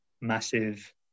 massive